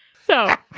so